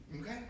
Okay